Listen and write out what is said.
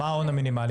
מה ההון המינימלי?